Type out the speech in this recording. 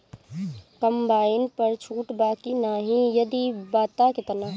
Combine पर छूट बा की नाहीं यदि बा त केतना?